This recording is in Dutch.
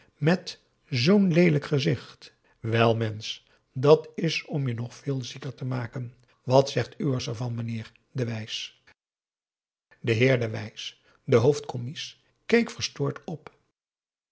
met zoo'n leelijk gezicht wel mensch dat is om je nog veel zieker te maken wat zegt uwes er van meheer de wijs de heer de wijs de hoofdcommies keek verstoord op